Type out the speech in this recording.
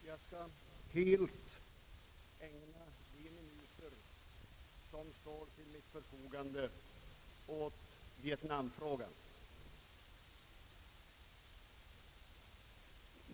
Herr talman! Jag skall helt ägna de minuter som står till mitt förfogande åt Vietnam-frågan.